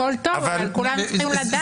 הכול טוב, אבל כולם צריכים לדעת.